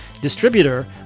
distributor